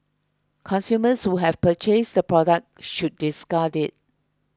consumers who have purchased the product should discard it